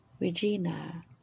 Regina